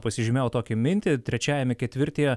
pasižymėjau tokią mintį trečiajame ketvirtyje